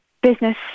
business